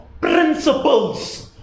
principles